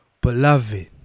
Beloved